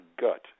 gut